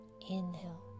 inhale